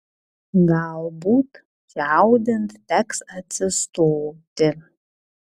galbūt čiaudint teks atsistoti